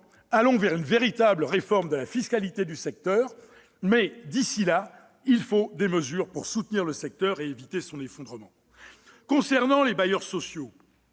allons vers une véritable réforme de la fiscalité du secteur, mais, d'ici là, il faut des mesures pour soutenir celui-ci et éviter son effondrement. S'agissant des bailleurs sociaux,